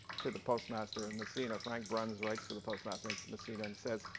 to the postmaster in messina, frank bruns wrights to the postmaster in messina and says,